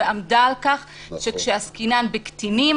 -- ועמדה על כך שכשעסקינן בקטינים